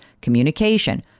communication